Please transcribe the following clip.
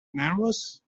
nervous